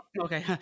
Okay